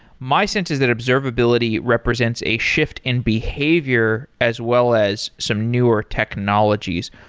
my sense is that observability represents a shift in behavior, as well as some newer technologies.